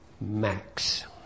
max